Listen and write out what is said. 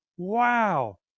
Wow